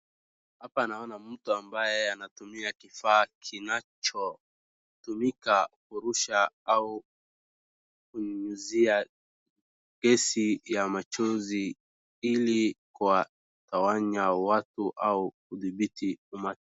Hapa naona mtu ambaye anatumia kifaa kinachotumika kurusha au kunyunyizia gesi la machozi ili kuwatawanya watu au kudhibiti